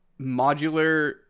modular